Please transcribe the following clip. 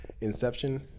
Inception